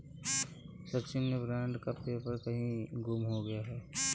सचिन से बॉन्ड का पेपर कहीं गुम हो गया है